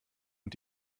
und